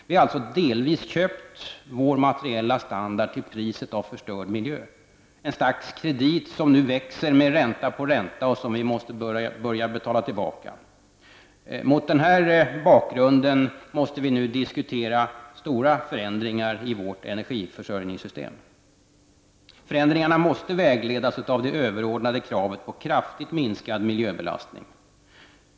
Vi har alltså delvis köpt vår materiella standard till priset av förstörd miljö -- ett slags kredit som nu växer med ränta på ränta och som vi måste börja betala tillbaka. Mot den här bakgrunden måste vi nu diskutera stora förändringar i vårt energiförsörjningssystem. Förändringarna måste vägledas av det överordnade kravet på kraftigt minskad miljöbelastning.